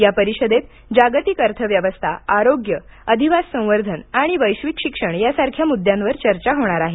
या परिषदेत जागितक अर्थव्यवस्था आरोग्य अधिवास संवर्धन आणि वैश्विक शिक्षण यासारख्या मुद्द्यांवर चर्चा होणार आहे